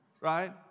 right